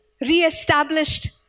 reestablished